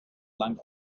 lang